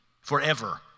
forever